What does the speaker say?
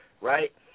right